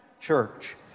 church